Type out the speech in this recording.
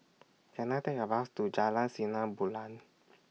Can I Take A Bus to Jalan Sinar Bulan